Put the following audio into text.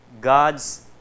God's